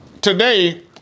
Today